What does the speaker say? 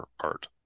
art